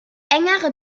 engere